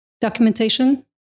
documentation